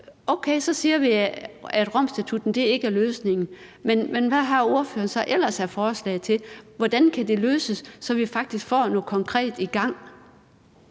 okay, så siger vi, at Romstatutten ikke er løsningen, men hvad har ordføreren ellers af forslag til, hvordan det kan løses, og hvordan vi faktisk får gang i noget konkret?